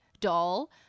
doll